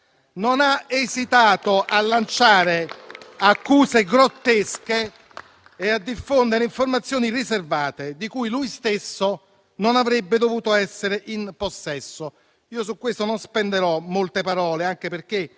non ha esitato a lanciare accuse grottesche e a diffondere informazioni riservate, di cui egli stesso non avrebbe dovuto essere in possesso. Su questo non spenderò molte parole, anche perché